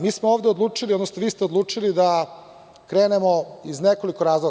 Mi smo ovde odlučili, odnosno vi ste odlučili da krenemo iz nekoliko razloga.